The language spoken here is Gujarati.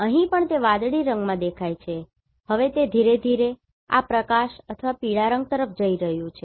અહીં પણ તે વાદળી રંગમાં દેખાય છે હવે તે ધીમે ધીમે આ પ્રકાશ અથવા પીળા રંગ તરફ જઈ રહ્યું છે